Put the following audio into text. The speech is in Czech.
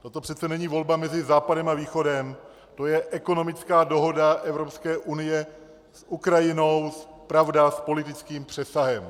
To přece není volba mezi Západem a Východem, to je ekonomická dohoda Evropské unie s Ukrajinou, pravda, s politickým přesahem.